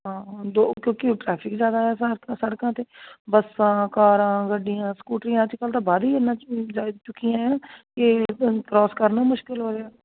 ਹਾਂ ਦੋ ਕਿਉਂਕਿ ਹੁਣ ਟਰੈਫਿਕ ਜ਼ਿਆਦਾ ਆ ਸੜਕ ਸੜਕਾਂ 'ਤੇ ਬਸਾਂ ਕਾਰਾਂ ਗੱਡੀਆਂ ਸਕੂਟਰੀਆਂ ਅੱਜ ਕੱਲ੍ਹ ਤਾਂ ਵਧ ਹੀ ਇੰਨਾ ਜਾ ਚੁੱਕੀਆ ਹੈ ਕਿ ਕਰੋਸ ਕਰਨਾ ਮੁਸ਼ਕਿਲ ਹੋ ਰਿਹਾ